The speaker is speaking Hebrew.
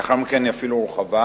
לאחר מכן היא אפילו הורחבה,